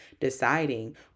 deciding